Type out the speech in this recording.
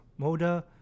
Moda